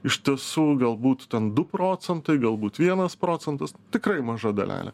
iš tiesų galbūt ten du procentai galbūt vienas procentas tikrai maža dalelė